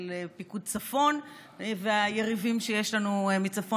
אם אני מסתכלת על פיקוד צפון והיריבים שיש לנו מצפון